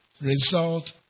result